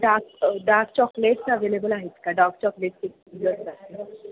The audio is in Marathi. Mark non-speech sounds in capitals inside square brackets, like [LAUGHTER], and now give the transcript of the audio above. डार्क डार्क चॉकलेट्स अवेलेबल आहेत का डार्क चॉकलेटस [UNINTELLIGIBLE]